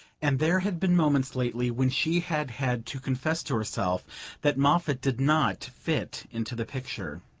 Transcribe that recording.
and there had been moments lately when she had had to confess to herself that moffatt did not fit into the picture.